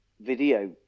video